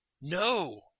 No